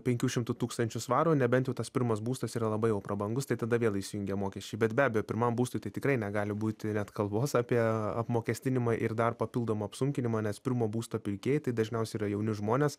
penkių šimtų tūkstančių svarų nebent jau tas pirmas būstas yra labai jau prabangus tai tada vėl įsijungia mokesčiai bet be abejo pirmam būstui tai tikrai negali būti net kalbos apie apmokestinimą ir dar papildomą apsunkinimą nes pirmo būsto pirkėjai tai dažniausiai yra jauni žmonės